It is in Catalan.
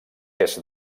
est